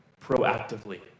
proactively